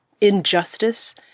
injustice